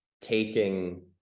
Taking